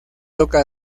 toca